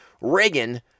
Reagan